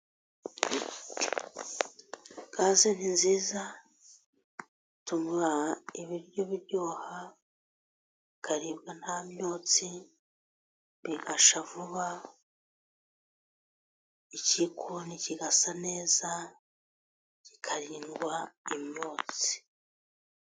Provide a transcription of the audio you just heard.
Gaze ni nziza ituma ibiryo biryoha, bikaribwa nta myotsi bigashya vuba. Igikoni kigasa neza kikarindwa imyotsi.